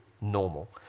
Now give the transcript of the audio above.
normal